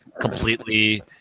completely